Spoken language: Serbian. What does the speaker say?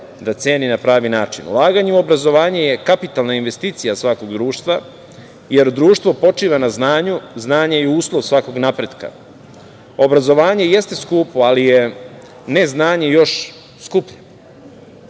da ceni na previ način. Ulaganje u obrazovanje je kapitalna investicija svakog društva, jer društvo počiva na znanju. Znanje je uslov svako napretka. Obrazovanje jeste skupo, ali je neznanje još skuplje.